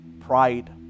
pride